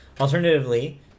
Alternatively